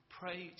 pray